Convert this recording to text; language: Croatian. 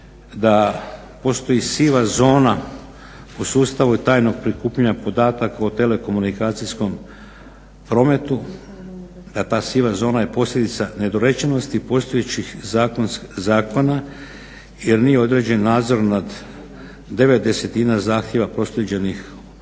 da postoji siva zona u sustavu tajnog prikupljanja podataka o telekomunikacijskom prometu, a ta siva zona je posljedica nedorečenosti i postojećih zakona jer nije određen nadzor na 9/10 zahtjeva proslijeđenih OTC-u